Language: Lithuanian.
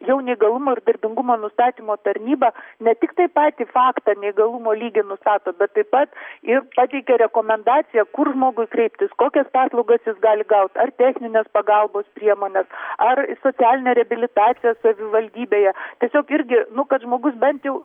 jau neįgalumo ir darbingumo nustatymo tarnyba ne tiktai patį faktą neįgalumo lygį nustato bet taip pat ir pateikia rekomendaciją kur žmogui kreiptis kokias paslaugas jis gali gauti ar techninės pagalbos priemones ar socialinę reabilitaciją savivaldybėje tiesiog irgi nu kad žmogus bent jau